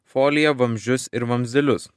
foliją vamzdžius ir vamzdelius